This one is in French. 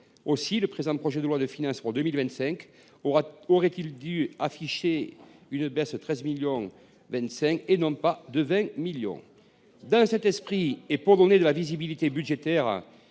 Aussi, le présent projet de loi de finances pour 2025 aurait dû afficher une baisse de 13,25 millions d’euros, et non de 20 millions d’euros. Pour donner de la visibilité budgétaire